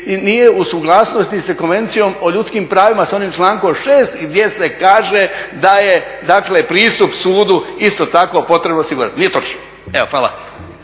nije u suglasnosti sa Konvencijom o ljudskim pravima s onim člankom 6. gdje se kaže da je dakle pristup sudu isto tako potrebno osigurati. Nije točno. Evo hvala.